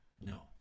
no